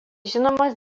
žinomas